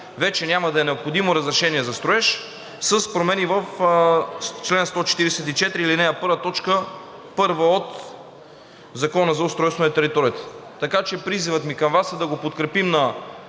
вече няма да е необходимо разрешение за строеж с промени в чл. 144, ал. 1, т. 1 от Закона за устройство на територията. Така че призивът ми към Вас е да го подкрепим на